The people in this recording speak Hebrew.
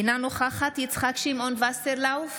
אינה נוכחת יצחק שמעון וסרלאוף,